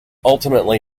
ultimately